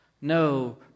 No